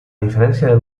diferencia